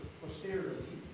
posteriorly